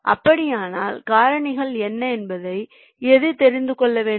அப்படியானால் காரணிகள் என்ன என்பதை எது தெரிந்து கொள்ள வேண்டும்